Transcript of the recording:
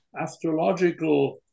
astrological